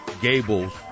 Gables